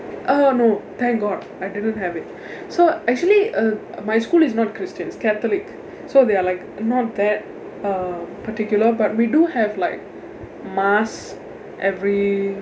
uh no thank god I didn't have it so actually err my school is not christian it's catholic so they are like not that um particular but we do have like mass every